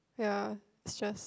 ya it just